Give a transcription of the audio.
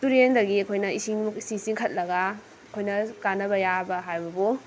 ꯇꯨꯔꯦꯟꯗꯒꯤ ꯑꯩꯈꯣꯏꯅ ꯏꯁꯤꯡꯁꯤ ꯆꯤꯡꯈꯠꯂꯒ ꯑꯩꯈꯣꯏꯅ ꯀꯥꯟꯅꯕ ꯌꯥꯕ ꯍꯥꯏꯕꯕꯨ